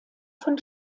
von